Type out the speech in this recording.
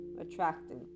attracting